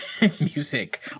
music